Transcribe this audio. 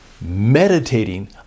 meditating